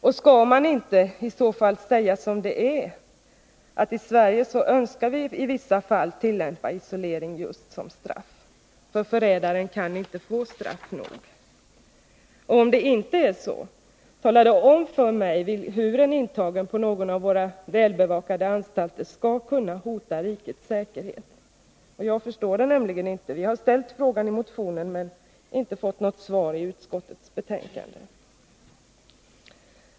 Och skall man inte i så fall säga som det är, nämligen att vi i Sverige i vissa fall önskar tillämpa isolering just som straff, eftersom förrädare inte kan få straff nog? Om det inte är så — tala då om för mig hur en intagen på någon av våra välbevakade anstalter skall kunna hota rikets säkerhet! Jag förstår det nämligen inte. Vi har ställt den frågan i motionen men har inte fått något svar i utskottets betänkande.